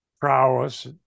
prowess